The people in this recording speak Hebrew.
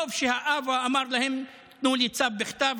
טוב שהאב אמר להם: תנו לי צו בכתב.